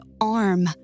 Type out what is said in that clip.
arm